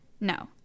No